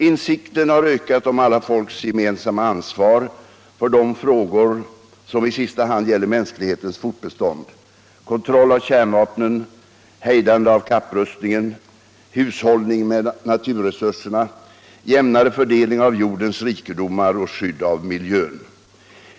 Insikten har ökat om alla folks gemensamma ansvar för de frågor som i sista hand gäller mänsklighetens fortbestånd — kontroll av kärnvapen, hejdande av kapprustningen, hushållning med naturresurserna, jämnare fördelning av jordens rikedomar och skydd av miljön.